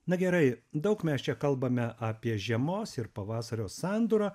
na gerai daug mes čia kalbame apie žiemos ir pavasario sandūrą